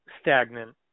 stagnant